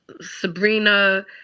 Sabrina